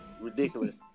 Ridiculous